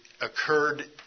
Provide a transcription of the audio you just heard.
occurred